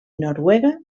noruega